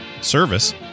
service